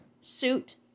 suit